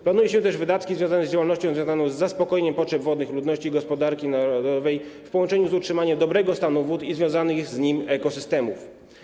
Planuje się też wydatki związane z działalnością wiążącą się z zaspokojeniem potrzeb wodnych ludności i gospodarki narodowej w połączeniu z utrzymaniem dobrego stanu wód i związanych z nimi ekosystemów.